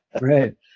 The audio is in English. Right